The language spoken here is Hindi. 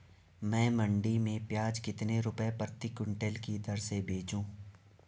मैं मंडी में प्याज कितने रुपये प्रति क्विंटल की दर से बेचूं?